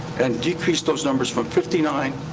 and decrease those numbers from fifty nine,